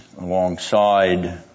alongside